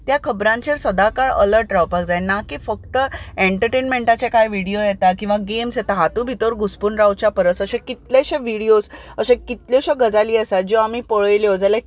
त्या खबरांचेर सदां काळ अलर्ट रावपाक जाय ना की फक्त एंटर्टेनमेंटाचे कांय व्हिडियो येता किंवां गॅम्स येता हातूं भितर घुस्पून रावच्या परस अशें कितलेशे व्हिडियोज अश्यो कितल्योश्यो गजाली आसा ज्यो आमी पळयल्यो जाल्यार